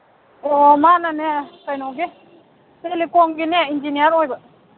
ꯑꯣ ꯃꯥꯅꯅꯦ ꯀꯩꯅꯣꯒꯤ ꯇꯦꯂꯤꯀꯣꯝꯒꯤꯅꯦ ꯏꯟꯖꯤꯅꯤꯌꯔ ꯑꯣꯏꯕ